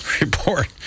report